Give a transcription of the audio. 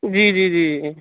جی جی جی